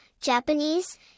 Japanese